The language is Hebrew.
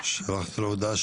אותו אישית